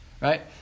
Right